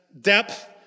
depth